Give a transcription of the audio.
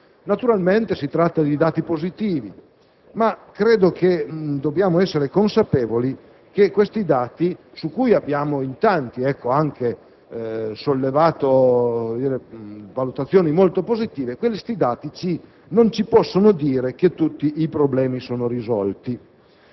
Naturalmente si tratta di dati positivi, ma credo dobbiamo essere consapevoli che questi dati, su cui abbiamo in tanti fatto valutazioni anche positive, non ci possono dire che tutti i problemi sono risolti.